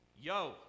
yo